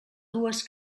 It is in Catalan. dues